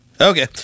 Okay